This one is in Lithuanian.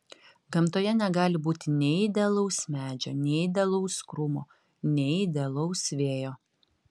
gamtoje negali būti nei idealaus medžio nei idealaus krūmo nei idealaus vėjo